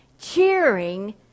cheering